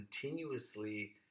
continuously